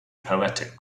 poetic